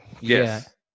Yes